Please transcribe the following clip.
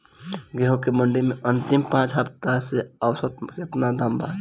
गेंहू के मंडी मे अंतिम पाँच हफ्ता से औसतन केतना दाम बा?